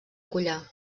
collar